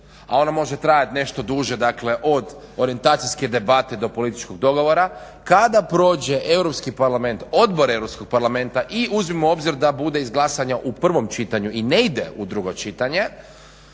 a ona može trajati nešto duže dakle od orijentacijske debate do političkog dogovora kada prođe Europski parlament odbore Europskog parlamenta i uzmimo obzir da bude izglasano u prvom čitanju i ne ide u drugo čitanje